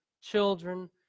children